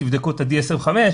תבדקו את ה-DSL5,